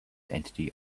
entity